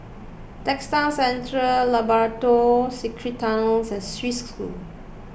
Textile Centre Labrador Secret Tunnels and Swiss School